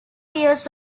years